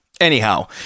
Anyhow